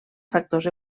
factors